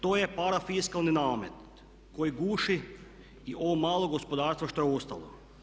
To je parafiskalni namet koji guši i ovo malo gospodarstva što je ostalo.